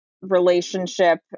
relationship